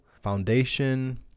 Foundation